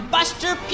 Buster